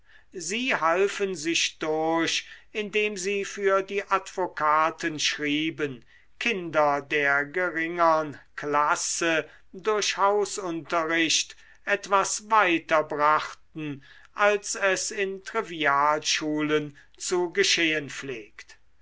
sie halfen sich durch indem sie für die advokaten schrieben kinder der geringern klasse durch hausunterricht etwas weiter brachten als es in trivialschulen zu geschehen pflegt